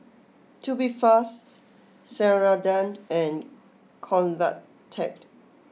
Tubifast Ceradan and Convatec